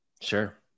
Sure